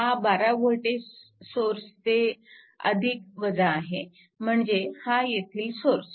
हा 12V voltage सोर्सचे आहे म्हणजे हा येथील सोर्स